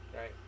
right